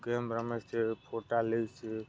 game રમે છે ફોટા લે છે